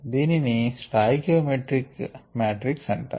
దీనిని stoichiometric matrix అంటారు